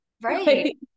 Right